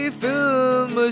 film